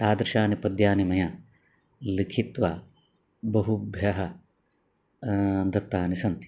तादृशानि पद्यानि मया लिखित्वा बहुभ्यः दत्तानि सन्ति